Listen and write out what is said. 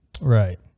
Right